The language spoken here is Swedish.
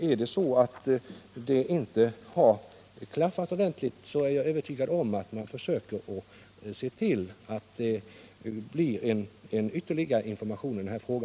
Är det så att det inte har klaffat ordentligt, är jag övertygad om att man går ut med ytterligare information i denna fråga.